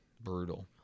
Brutal